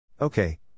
Okay